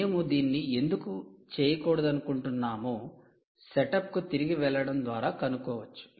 మేము దీన్ని ఎందుకు చేయకూడదనుకుంటున్నామో సెటప్కు తిరిగి వెళ్లడం ద్వారా కనుగొనవచ్చు